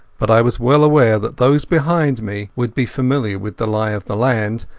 but i was well aware that those behind me would be familiar with the lie of the land,